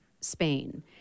Spain